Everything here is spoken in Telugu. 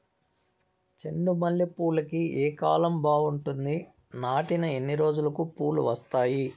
చెండు మల్లె పూలుకి ఏ కాలం బావుంటుంది? నాటిన ఎన్ని రోజులకు పూలు వస్తాయి?